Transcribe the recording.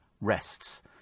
rests